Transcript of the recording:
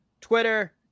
Twitter